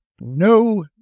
no